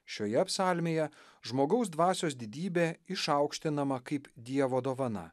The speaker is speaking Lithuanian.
šioje psalmėje žmogaus dvasios didybė išaukštinama kaip dievo dovana